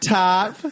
top